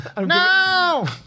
No